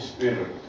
Spirit